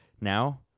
now